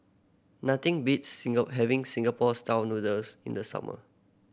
nothing beats having Singapore Style Noodles in the summer